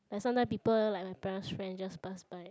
like sometime people like my parent's friend just pass by